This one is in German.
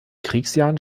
kriegsjahren